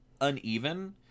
uneven